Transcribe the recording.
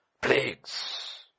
Plagues